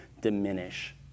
diminish